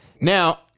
Now